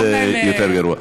זה יותר גרוע.